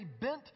bent